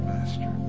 Master